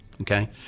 okay